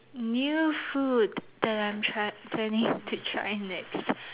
new food that I'm try planning to try next